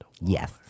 Yes